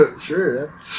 sure